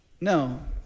No